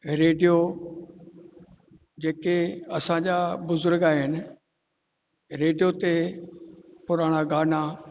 radio जेके असांजा बुज़ुर्ग आहिनि रेडियो ते पुराना गाना